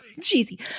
Cheesy